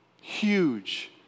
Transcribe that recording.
huge